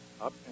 up